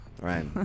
Right